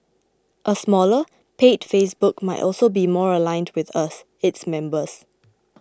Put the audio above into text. a smaller paid Facebook might also be more aligned with us its members